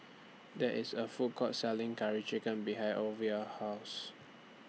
There IS A Food Court Selling Curry Chicken behind Ova's House